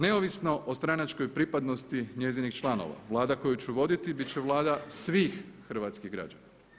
Neovisno o stranačkoj pripadnosti njezinih članova Vlada koju ću voditi bit će Vlada svih hrvatskih građana.